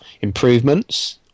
improvements